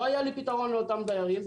לא היה לי פתרון לאותם דיירים,